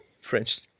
French